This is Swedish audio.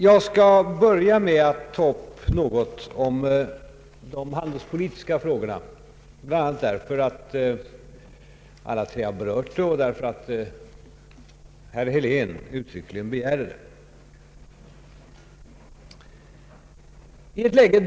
Jag skall börja med att säga något om de handelspolitiska frågorna, bl.a. därför att alla de tre borgerliga representanterna har berört dem och därför att herr Helén uttryckligen har begärt det.